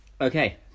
Okay